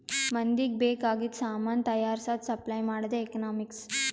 ಮಂದಿಗ್ ಬೇಕ್ ಆಗಿದು ಸಾಮಾನ್ ತೈಯಾರ್ಸದ್, ಸಪ್ಲೈ ಮಾಡದೆ ಎಕನಾಮಿಕ್ಸ್